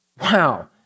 Wow